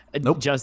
Nope